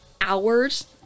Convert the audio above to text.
hours